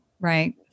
Right